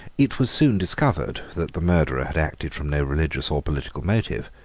it was soon discovered that the murderer had acted from no religious or political motive.